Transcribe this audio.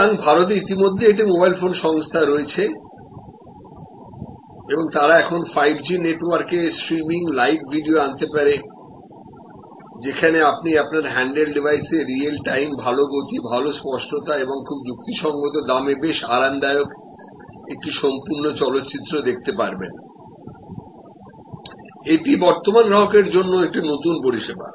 সুতরাং ভারতে ইতিমধ্যে একটি মোবাইল ফোন সংস্থা রয়েছে এবং তারা এখন 5G নেটওয়ার্কে স্ট্রিমিং লাইভ ভিডিও আনতে পারে যেখানে আপনি আপনার হ্যান্ডেল ডিভাইস এ রিয়েল টাইম ভাল গতি ভাল স্পষ্টতা এবং খুব যুক্তিসঙ্গত দামে বেশ আরামদায়ক একটি সম্পূর্ণ চলচ্চিত্র দেখতে পারবেন এটি বর্তমান গ্রাহকের জন্য একটি নতুন পরিষেবা